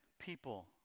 people